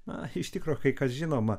na iš tikro kas žinoma